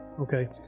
okay